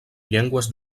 llengües